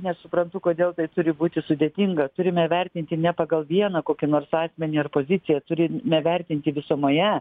nesuprantu kodėl tai turi būti sudėtinga turime vertinti ne pagal vieną kokį nors asmenį ar poziciją turime vertinti visumoje